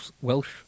Welsh